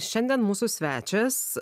šiandien mūsų svečias